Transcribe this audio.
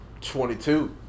22